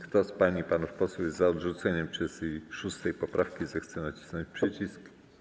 Kto z pań i panów posłów jest za odrzuceniem 36. poprawki, zechce nacisnąć przycisk.